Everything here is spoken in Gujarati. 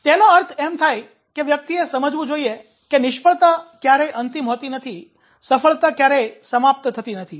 તેનો અર્થ એમ થાય કે વ્યક્તિએ સમજવું જોઈએ કે નિષ્ફળતા ક્યારેય અંતિમ હોતી નથી સફળતા ક્યારેય સમાપ્ત થતી નથી